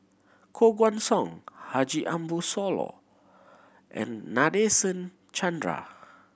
Koh Guan Song Haji Ambo Sooloh and Nadasen Chandra